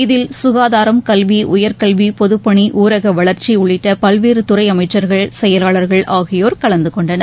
இதில் சுகாதாரம் கல்வி உயர்கல்வி பொதப்பணி ஊரகவளர்ச்சி உள்ளிட்ட பல்வேறு துறை அமைச்சர்கள் செயலாளர்கள் ஆகியோர் கலந்து கொண்டனர்